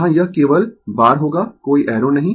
यहां यह केवल बार होगा कोई एरो नहीं